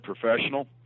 professional